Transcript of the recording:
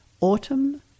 Autumn